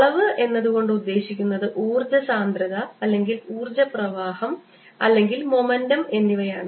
അളവ് എന്നതുകൊണ്ട് ഉദ്ദേശിക്കുന്നത് ഊർജ്ജ സാന്ദ്രത അല്ലെങ്കിൽ ഊർജ്ജ പ്രവാഹം അല്ലെങ്കിൽ മൊമെൻ്റം എന്നിവയാണ്